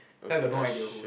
cause I got no idea who